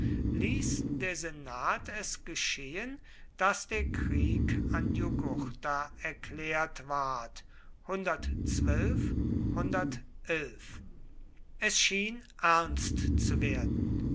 ließ der senat es geschehen daß der krieg an jugurtha erklärt ward es schien ernst zu werden